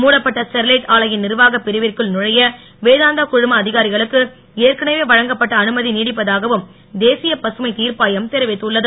மூடப்பட்ட ஸ்டெரிலைட் ஆலையின் நிர்வாகப் பிரிவிற்குள் நுழைய வேதாந்தா குழும அதிகாரிகளுக்கு ஏற்கனவே வழங்கப்பட்ட அனுமதி நீடிப்பதாகவும் தேசிய பசுமை தீர்ப்பாயம் தெரிவித்துள்ளது